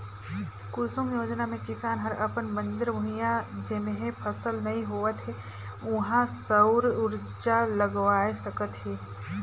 कुसुम योजना मे किसान हर अपन बंजर भुइयां जेम्हे फसल नइ होवत हे उहां सउर उरजा लगवाये सकत हे